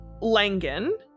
Langan